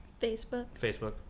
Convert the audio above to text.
Facebook